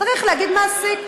צריך להגיד "מעסיק".